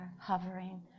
hovering